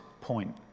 point